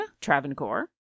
Travancore